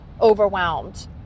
overwhelmed